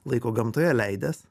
laiko gamtoje leidęs